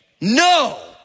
No